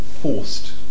forced